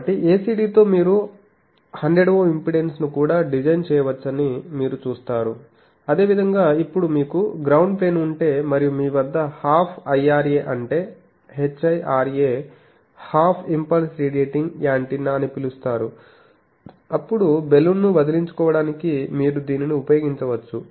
కాబట్టి ACD తో మీరు 100 Ω ఇంపెడెన్స్ను కూడా డిజైన్ చేయవచ్చని మీరు చూస్తారు అదేవిధంగా ఇప్పుడు మీకు గ్రౌండ్ ప్లేన్ ఉంటే మరియు మీ వద్ద హాఫ్ IRA అంటే HIRA half impulse radiating antenna అని పిలుస్తారు అప్పుడు బలూన్ ను వదిలించుకోవడానికి మీరు దీనిని ఉపయోగించవచ్చు